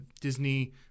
Disney